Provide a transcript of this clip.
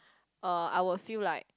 uh I would feel like